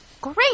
Great